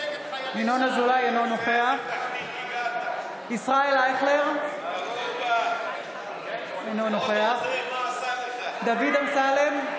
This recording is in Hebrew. אינו נוכח ישראל אייכלר, אינו נוכח דוד אמסלם,